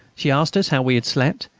she asked us how we had slept,